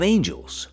Angels